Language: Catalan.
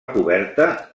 coberta